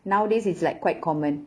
nowadays is like quite common